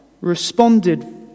responded